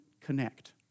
connect